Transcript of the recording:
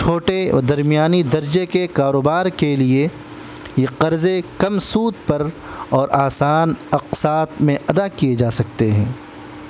چھوٹے اور درمیانی درجے کے کاروبار کے لیے یہ قرضے کم سوود پر اور آسان اقساط میں ادا کیے جا سکتے ہیں